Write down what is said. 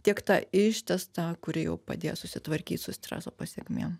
tiek tą ištęstą kuri jau padės susitvarkyt su streso pasekmėm